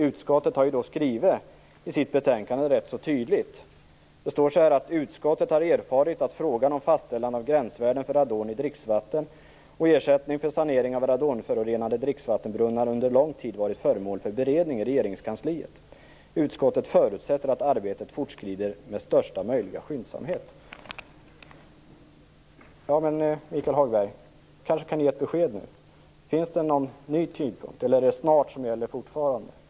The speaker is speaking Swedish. Utskottet skriver rätt tydligt i sitt betänkande: "Utskottet har erfarit att frågan om fastställande av gränsvärden för radon i dricksvatten och ersättning för sanering av radonförorenade dricksvattenbrunnar under lång tid varit föremål för beredning i Regeringskansliet. Utskottet förutsätter att arbetet fortskrider med största möjliga skyndsamhet." Michael Hagberg kanske kan ge ett besked nu: Finns det någon ny tidpunkt, eller är det "snart" som gäller fortfarande?